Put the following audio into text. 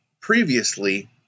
previously